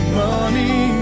money